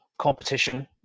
competition